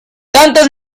tantas